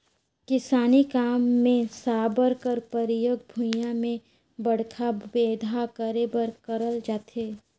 किसानी काम मे साबर कर परियोग भुईया मे बड़खा बेंधा करे बर करल जाथे